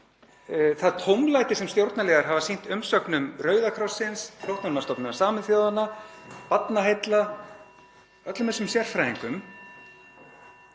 það tómlæti sem stjórnarliðar hafa sýnt umsögnum Rauða krossins, Flóttamannastofnunar Sameinuðu þjóðanna, Barnaheilla, öllum þessum sérfræðingum